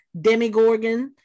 demigorgon